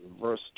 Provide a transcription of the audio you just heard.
verse